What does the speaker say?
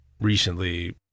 recently